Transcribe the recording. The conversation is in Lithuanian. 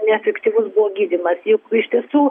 neefektyvus buvo gydymas juk iš tiesų